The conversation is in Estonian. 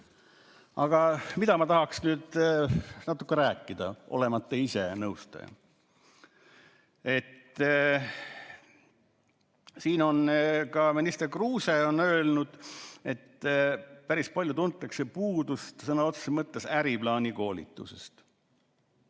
Aga millest ma tahaksin natukene rääkida, olemata ise nõustaja? Ka minister Kruuse on öelnud, et päris palju tuntakse puudust sõna otseses mõttes äriplaani koolitusest.